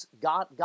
God